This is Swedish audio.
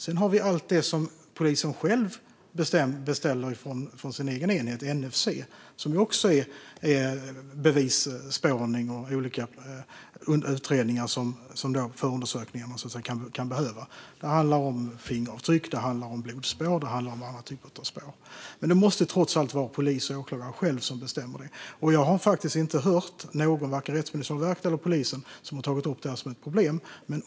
Sedan har vi allt det som polisen själv beställer från sin egen enhet, NFC, som också är bevisspårning och olika utredningar som förundersökningen kan behöva. Det handlar om fingeravtryck och om blodspår och andra typer av spår. Men det måste trots allt vara polis och åklagare själva som bestämmer det. Jag har faktiskt inte hört någon, varken Rättsmedicinalverket eller polisen, ta upp det här som ett problem.